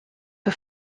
for